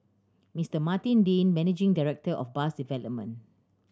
Mister Martin Dean managing director of bus development